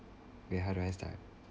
ya how do I start